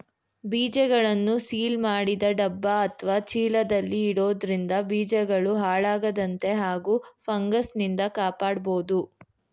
ಬೀಜಗಳನ್ನು ಸೀಲ್ ಮಾಡಿದ ಡಬ್ಬ ಅತ್ವ ಚೀಲದಲ್ಲಿ ಇಡೋದ್ರಿಂದ ಬೀಜಗಳು ಹಾಳಾಗದಂತೆ ಹಾಗೂ ಫಂಗಸ್ನಿಂದ ಕಾಪಾಡ್ಬೋದು